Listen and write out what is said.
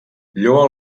lloa